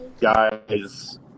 guys